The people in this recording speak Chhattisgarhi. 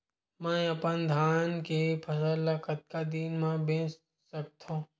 मैं अपन धान के फसल ल कतका दिन म बेच सकथो?